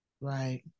Right